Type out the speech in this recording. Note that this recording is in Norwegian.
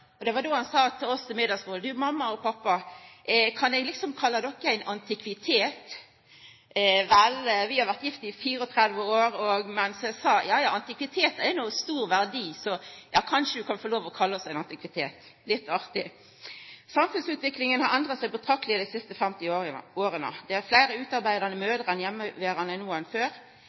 Og det var då han sa til oss ved middagsbordet: Mamma og pappa, kan eg kalla dykk ein antikvitet? Vel, vi har vore gifte i 34 år, så eg sa: Ein antikvitet har jo ein stor verdi, så kanskje du kan få lov til å kalla oss ein antikvitet. Det var litt artig. Samfunnsutviklinga har endra seg betrakteleg dei siste 50 åra. Det er fleire utearbeidande mødrer enn heimeverande mødrer no enn før.